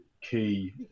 key